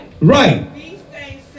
right